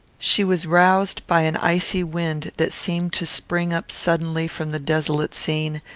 she was roused by an icy wind that seemed to spring up suddenly from the desolate scene,